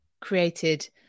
created